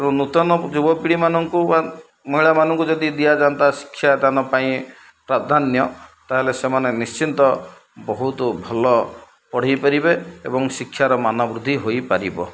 ଏବଂ ନୂତନ ଯୁବପିଢ଼ିମାନଙ୍କୁ ବା ମହିଳାମାନଙ୍କୁ ଯଦି ଦିଆଯାଆନ୍ତା ଶିକ୍ଷାଦାନ ପାଇଁ ପ୍ରାଧାନ୍ୟ ତା'ହେଲେ ସେମାନେ ନିଶ୍ଚିନ୍ତ ବହୁତ ଭଲ ପଢ଼ାଇ ପାରିବେ ଏବଂ ଶିକ୍ଷାର ମାନବୃଦ୍ଧି ହୋଇପାରିବ